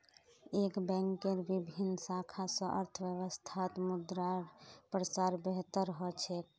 एक बैंकेर विभिन्न शाखा स अर्थव्यवस्थात मुद्रार प्रसार बेहतर ह छेक